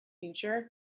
future